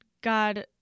God